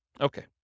Okay